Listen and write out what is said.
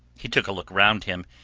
he took a look round him,